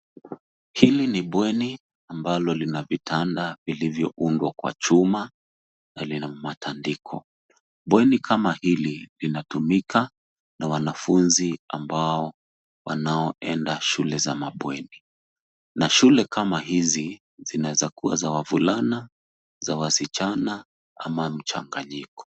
Hili ni bweni ambalo lina vitanda vilivyoundwa kwa chuma na lina matandiko. Bweni kama hili linatumika na wanafunzi ambao wanaoenda shule za mabweni, na shule kama hizi zinaezakuwa za wavulana, za wasichana ama mchanganyiko.